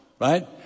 right